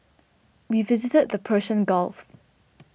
we visited the Persian Gulf